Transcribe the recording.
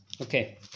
Okay